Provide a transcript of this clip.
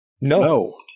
No